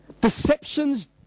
deceptions